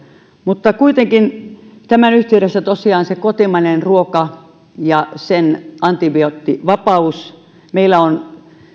mutta kuitenkin tämän yhteydessä tosiaan on se kotimainen ruoka ja sen antibioottivapaus ja meillä kun